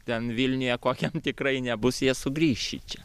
ten vilniuje kokiam tikrai nebus jie sugrįš šičia